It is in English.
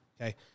okay